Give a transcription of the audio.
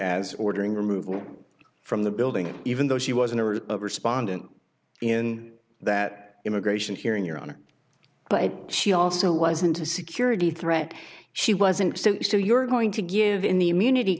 as ordering removal from the building even though she was an order of respondent in that immigration hearing your honor but she also wasn't a security threat she wasn't so you're going to give in the immunity